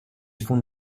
fonds